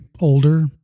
older